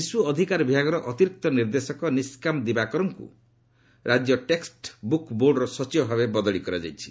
ଶିଶୁ ଅଧିକାର ବିଭାଗର ଅତିରିକ୍ତ ନିର୍ଦ୍ଦେଶକ ନିଷ୍କାମ ଦିବାକରଙ୍କୁ ରାଜ୍ୟ ଟେକ୍ୱଟ୍ବୁକ୍ ବୋର୍ଡ଼ର ସଚିବ ଭାବେ ବଦଳି କରାଯାଇଛି